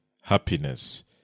happiness